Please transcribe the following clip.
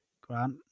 grant